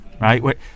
right